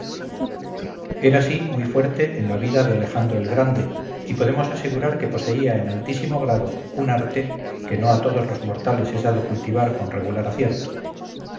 era sí muy fuerte en la vida de alejandro el grande y podemos asegurar que poseía en altísimo grado un arte que no a todos los mortales es dado cultivar con regular acierto